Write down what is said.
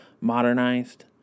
modernized